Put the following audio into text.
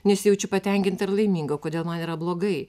nesijaučiu patenkinta ir laiminga kodėl man yra blogai